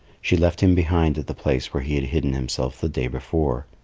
she left him behind at the place where he had hidden himself the day before.